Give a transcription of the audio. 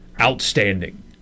outstanding